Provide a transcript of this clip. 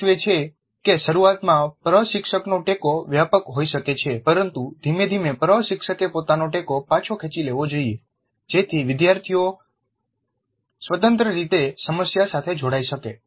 તે સૂચવે છે કે શરૂઆતમાં પ્રશિક્ષકનો ટેકો વ્યાપક હોઈ શકે છે પરંતુ ધીમે ધીમે પ્રશિક્ષકે પોતાનો ટેકો પાછો ખેંચી લેવો જોઈએ જેથી વિદ્યાર્થીઓવિદ્યાર્થીઓ સ્વતંત્ર રીતે સમસ્યા સાથે જોડાઈ શકે